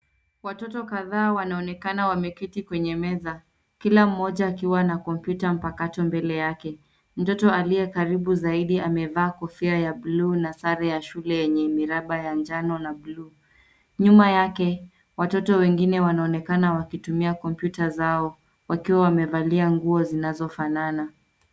Watoto kadhaa wanaonekana wameketi kwenye meza kila mmoja akiwa na kompyuta mpakato mbele yake mtoto aliye karibu zaidi amevaa kofia ya bluu na sare ya shue yenye miraba ya manjano na bluu nyuma yake watoto wengine wanaonekana wakitumia kompyuta zao wakiwa wamevalia nguo zinazo fanana.